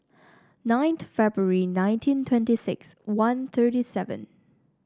ninth February nineteen twenty six one thirty seven